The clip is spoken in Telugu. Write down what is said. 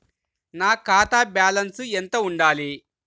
నా ఖాతా బ్యాలెన్స్ ఎంత ఉండాలి?